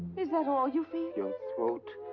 is that all you feel? your throat.